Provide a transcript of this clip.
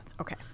okay